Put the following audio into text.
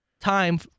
time